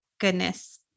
goodness